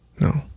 No